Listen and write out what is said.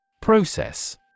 Process